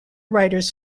writers